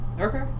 Okay